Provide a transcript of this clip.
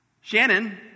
Shannon